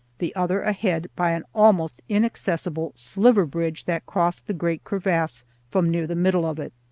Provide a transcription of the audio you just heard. the other ahead by an almost inaccessible sliver-bridge that crossed the great crevasse from near the middle of it!